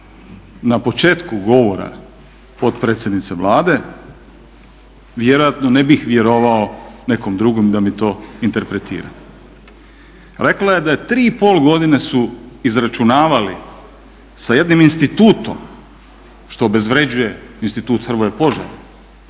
na početku govora potpredsjednice Vlade, vjerojatno ne bih vjerovao nekom drugom da mi to interpretira. Rekla je da 3,5 godine su izračunavali sa jednim institutom, što obezvređuje Institut Hrvoje Požar jer